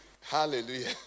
Hallelujah